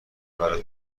برا